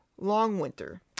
Longwinter